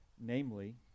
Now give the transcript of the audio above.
namely